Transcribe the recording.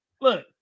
Look